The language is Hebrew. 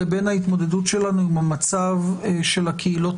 לבין ההתמדדות שלנו עם המצב של הקהילות